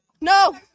No